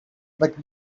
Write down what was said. but